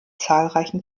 zahlreichen